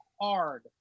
hard